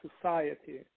society